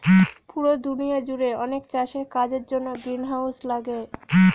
পুরো দুনিয়া জুড়ে অনেক চাষের কাজের জন্য গ্রিনহাউস লাগে